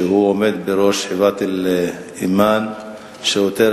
שעומד בראש חברת "אלאימאן שירותי